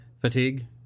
fatigue